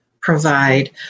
provide